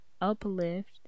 uplift